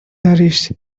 nourish